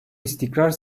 istikrar